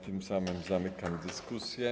Tym samym zamykam dyskusję.